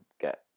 get